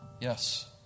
Yes